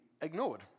ignored